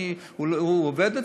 הוא עובד אצלי,